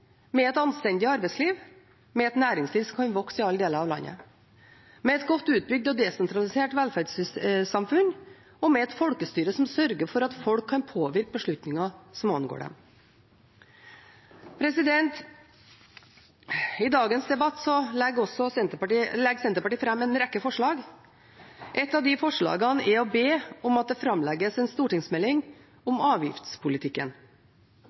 med et anstendig arbeidsliv, med et næringsliv som kan vokse i alle deler av landet, med et godt utbygd og desentralisert velferdssamfunn og med et folkestyre som sørger for at folk kan påvirke beslutninger som angår dem. I dagens debatt legger Senterpartiet fram en rekke forslag. Et av de forslagene er å be om at det framlegges en stortingsmelding om avgiftspolitikken.